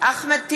אחמד טיבי,